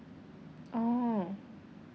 oh